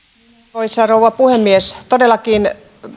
arvoisa rouva puhemies todellakin